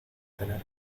tener